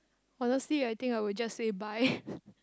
honestly I think I will just say bye